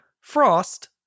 Frost